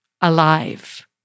alive